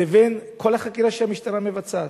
לבין כל החקירה שהמשטרה מבצעת.